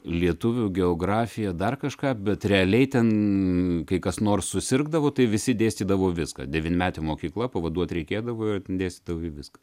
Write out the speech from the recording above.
lietuvių geografiją dar kažką bet realiai ten kai kas nors susirgdavo tai visi dėstydavo viską devynmetė mokykla pavaduot reikėdavo ir dėstydavai viską